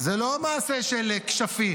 זה לא מעשה של כשפים.